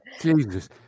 Jesus